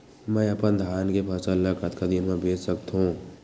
मैं अपन धान के फसल ल कतका दिन म बेच सकथो?